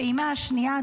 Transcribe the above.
הפעימה השנייה,